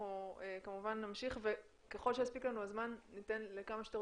כמובן נמשיך וככל שיספיק לנו הזמן ניתן לכמה שיותר